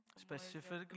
Specifically